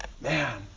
Man